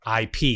IP